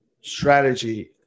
strategy